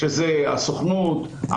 שזה הסוכנות,